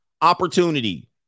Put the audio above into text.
Opportunity